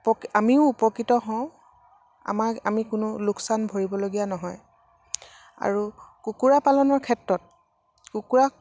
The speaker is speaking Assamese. উপক আমিও উপকৃত হওঁ আমাক আমি কোনো লোকচান ভৰিবলগীয়া নহয় আৰু কুকুৰা পালনৰ ক্ষেত্ৰত কুকুৰা